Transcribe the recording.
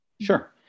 Sure